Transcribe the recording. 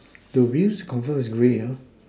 the wheels confirm is grey